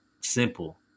simple